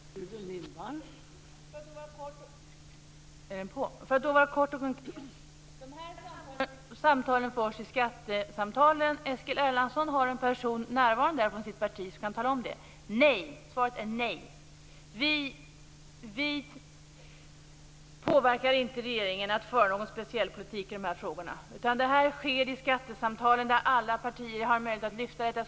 Fru talman! För att vara kort och koncis vill jag säga att de här diskussionerna förs i skattesamtalen. Eskil Erlandsson har här från sitt parti en person närvarande som kan tala om det. Svaret är alltså nej. Vi påverkar inte regeringen att föra någon speciell politik i de här frågorna, utan diskussionen förs i skattesamtalen, där alla partier har möjlighet att lyfta fram detta.